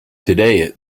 today